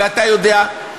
ואתה יודע,